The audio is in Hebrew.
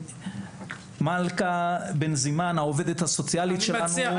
מלכה בנזימן היא העובדת הסוציאלית שלנו.